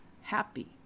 happy